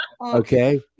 Okay